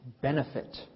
benefit